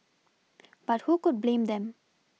but who could blame them